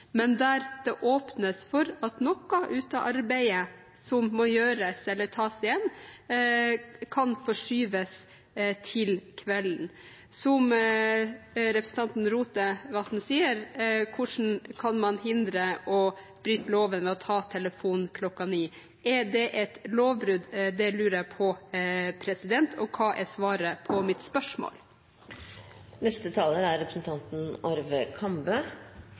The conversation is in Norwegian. men der det åpnes for at noe av arbeidet som må gjøres, eller tas igjen, kan forskyves til kvelden? Som representanten Rotevatn sier: Hvordan kan man hindre at man bryter loven ved å ta telefonen kl. 21? Er det et lovbrudd? Det lurer jeg på, og jeg lurer på hva som er svaret på mitt spørsmål.